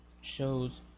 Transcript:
shows